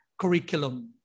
curriculum